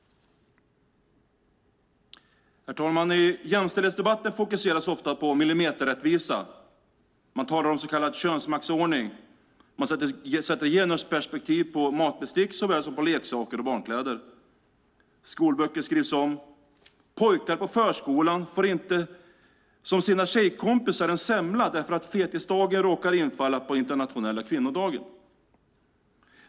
Herr talman! I jämställdhetsdebatten fokuseras ofta på millimeterrättvisa. Man talar om så kallad könsmaktsordning, och man sätter genusperspektiv på matbestick såväl som på leksaker och barnkläder. Skolböcker skrivs om. Pojkar på förskolan får inte som sina tjejkompisar en semla därför att fettisdagen råkar infalla på internationella kvinnodagen.